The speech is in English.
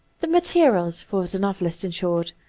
the materials for the novelist, in short,